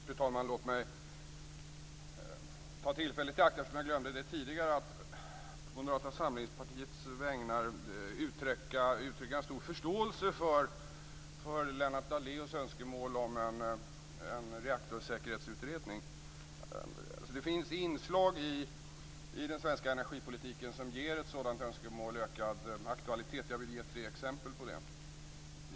Fru talman! Låt mig, eftersom jag glömde det tidigare, nu ta tillfället i akt att å Moderata samlingspartiets vägnar uttrycka en stor förståelse för Lennart Daléus önskemål om en reaktorsäkerhetsutredning. Det finns inslag i den svenska engergipolitiken som ger ett sådant önskemål ökad aktualitet. Jag vill ge tre exempel på det.